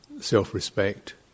self-respect